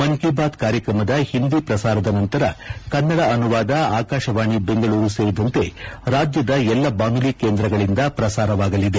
ಮನ್ ಕಿ ಬಾತ್ ಾರ್ಯಕ್ರಮದ ಹಿಂದಿ ಪ್ರಸಾರದ ನಂತರ ಕನ್ನಡ ಅನುವಾದ ಆಕಾಶವಾಣಿ ಬೆಂಗಳೂರು ಸೇರಿದಂತೆ ರಾಜ್ಯದ ಎಲ್ಲಾ ಬಾನುಲಿ ಕೇಂಧ್ರಗಳಿಂದ ಪ್ರಸಾರವಾಗಲಿದೆ